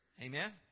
Amen